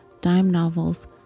dime-novels